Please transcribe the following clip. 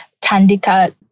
Tandika